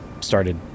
started